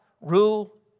rule